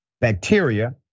bacteria